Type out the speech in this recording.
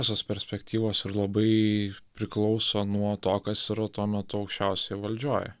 visos perspektyvos ir labai priklauso nuo to kas yra tuo metu aukščiausioj valdžioj